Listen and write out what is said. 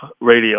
radio